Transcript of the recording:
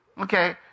Okay